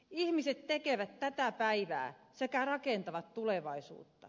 ihmiset tekevät tätä päivää sekä rakentavat tulevaisuutta